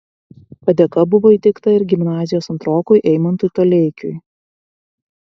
padėka buvo įteikta ir gimnazijos antrokui eimantui toleikiui